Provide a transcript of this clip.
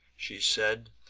she said.